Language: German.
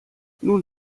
nun